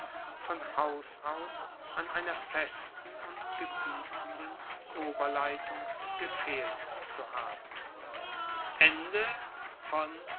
von haus aus an einer festen und gebietenden oberleitung gefehlt zu haben